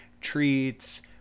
treats